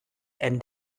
and